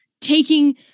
taking